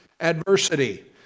adversity